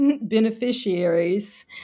beneficiaries